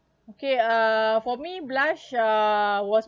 okay uh for me blush uh was